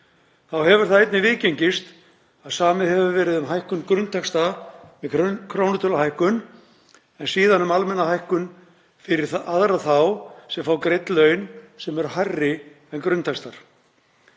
Þá hefur það einnig viðgengist að samið hefur verið um hækkun grunntaxta með krónutöluhækkun en síðan um almenna hækkun fyrir aðra þá sem fá greidd laun sem eru hærri en grunntaxtar.